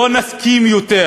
לא נסכים יותר